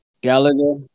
Gallagher